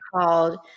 called